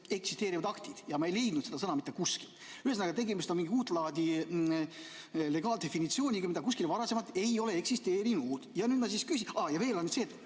eksisteerivad aktid ja ma ei leidnud seda sõna mitte kuskilt. Ühesõnaga, tegemist on mingi uut laadi legaaldefinitsiooniga, mida kuskil varasemalt ei ole eksisteerinud. Ja veel see, et